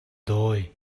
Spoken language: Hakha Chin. dawi